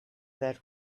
that